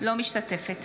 אינה משתתפת